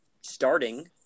starting